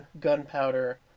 Gunpowder